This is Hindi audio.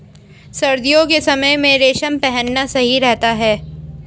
सर्दियों के समय में रेशम पहनना सही रहता है